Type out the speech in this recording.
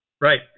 Right